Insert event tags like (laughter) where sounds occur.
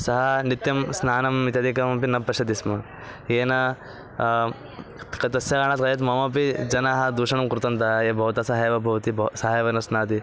सः नित्यं स्नानम् इत्यादिकमपि न पशति स्म येन क तस्य (unintelligible) यात् मामपि जनाः दूषणं कृतन्तः ये भवतः सह एव भवति भोः सः एव न स्नाति